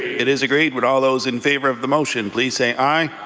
it is agreed. would all those in favour of the motion please say aye.